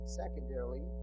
secondarily